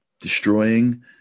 destroying